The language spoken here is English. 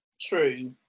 True